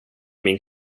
min